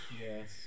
yes